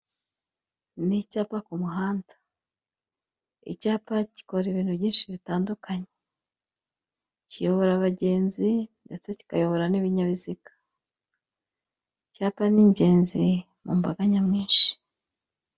Ni icyapa ku muhanda icyapa gikora ibintu byinshi bitandukanye kiyobora abagenzi ndetse cyikayobora n'ibinyabiziga icyapa n'ingenzi mu mbaga nyamwinshi.